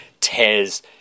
tears